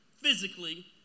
physically